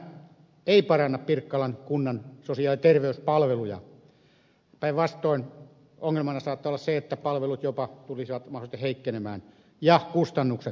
välttämättä tämä ei paranna pirkkalan kunnan sosiaali ja terveyspalveluja päinvastoin ongelmana saattaa olla se että palvelut tulisivat jopa heikkenemään ja kustannukset nousemaan